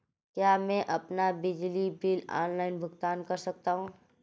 क्या मैं अपना बिजली बिल ऑनलाइन भुगतान कर सकता हूँ?